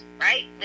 right